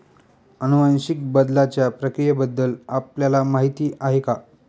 अनुवांशिक बदलाच्या प्रक्रियेबद्दल आपल्याला माहिती आहे का?